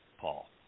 Paul